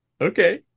okay